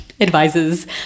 advises